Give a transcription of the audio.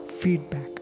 feedback